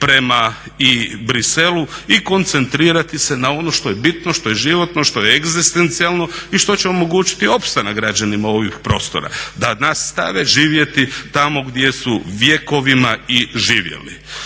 prema i Bruxellesu i koncentrirati na ono što je bitno, što je životno, što je egzistencijalno i što će omogućiti opstanak građanima ovih prostora da nastave živjeti tamo gdje su vjekovima i živjeli.